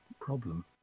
problem